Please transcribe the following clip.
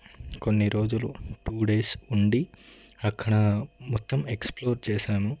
కొన్ని రోజులు two days ఉండి అక్కడ మొత్తం ఎక్స్ప్లోర్ చేశాము